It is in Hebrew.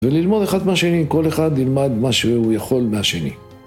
וללמוד אחד מהשני, כל אחד ילמד מה שהוא יכול מהשני.